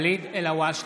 אלהואשלה,